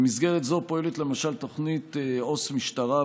במסגרת זו פועלת למשל תוכנית עו"ס משטרה,